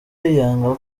yanga